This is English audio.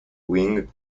wing